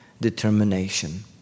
determination